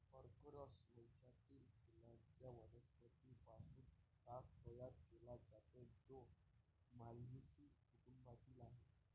Corchorus वंशातील फुलांच्या वनस्पतीं पासून ताग तयार केला जातो, जो माल्व्हेसी कुटुंबातील आहे